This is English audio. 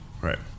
Right